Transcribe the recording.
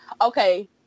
Okay